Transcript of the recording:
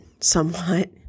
somewhat